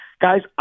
Guys